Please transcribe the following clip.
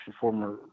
former